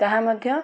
ତାହା ମଧ୍ୟ